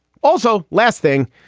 also, last thing,